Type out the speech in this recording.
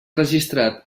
registrat